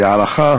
והערכה